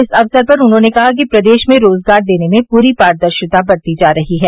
इस अवसर पर उन्होंने कहा कि प्रदेश में रोजगार देने में पूरी पारदर्शिता बरती जा रही है